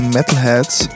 Metalheads